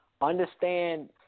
understand